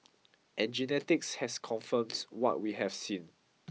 and genetics has confirmed what we have seen